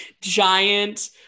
giant